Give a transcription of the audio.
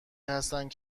هستند